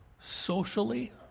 socially